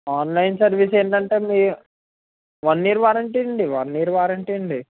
online service ఏంటంటే మీ one year warranty అండి వన్ ఇయర్ వారంటీ అండి